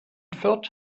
fürth